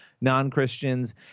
non-Christians